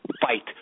fight